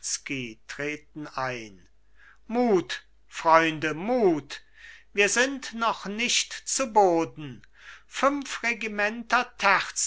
treten ein mut freunde mut wir sind noch nicht zu boden fünf regimenter